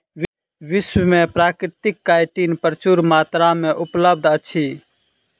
विश्व में प्राकृतिक काइटिन प्रचुर मात्रा में उपलब्ध अछि